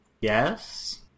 Yes